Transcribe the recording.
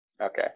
Okay